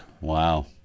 Wow